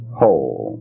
whole